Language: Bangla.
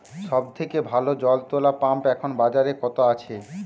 সব থেকে ভালো জল তোলা পাম্প এখন বাজারে কত আছে?